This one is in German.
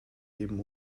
eben